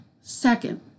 Second